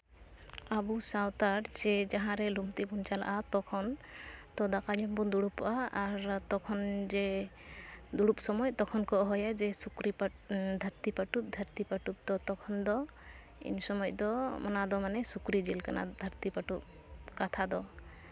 ᱟᱵᱚ ᱥᱟᱱᱛᱟᱲ ᱡᱮ ᱡᱟᱦᱟᱸ ᱨᱮ ᱞᱩᱝᱛᱤ ᱵᱚᱱ ᱪᱟᱞᱟᱜᱼᱟ ᱛᱚᱠᱷᱚᱱ ᱫᱚ ᱫᱟᱠᱟ ᱡᱚᱢ ᱵᱚᱱ ᱫᱩᱲᱩᱵᱚᱜᱼᱟ ᱟᱨ ᱛᱚᱠᱷᱚᱱ ᱡᱮ ᱫᱩᱲᱩᱵ ᱥᱚᱢᱚᱭ ᱛᱚᱠᱷᱚᱱ ᱠᱚ ᱦᱚᱦᱚᱭᱟ ᱡᱮ ᱥᱩᱠᱨᱤ ᱫᱷᱟᱹᱨᱛᱤ ᱯᱟᱹᱴᱩᱵ ᱫᱷᱟᱹᱨᱛᱤ ᱯᱟᱹᱴᱩᱵ ᱛᱳ ᱛᱚᱠᱷᱚᱱ ᱫᱚ ᱩᱱ ᱥᱚᱢᱚᱭ ᱫᱚ ᱚᱱᱟᱫᱚ ᱢᱟᱱᱮ ᱥᱩᱠᱨᱤ ᱡᱤᱞ ᱠᱟᱱᱟ ᱢᱟᱱᱮ ᱫᱷᱟᱹᱨᱛᱤ ᱯᱟᱹᱴᱩᱵ ᱠᱟᱛᱷᱟ ᱫᱚ